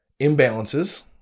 imbalances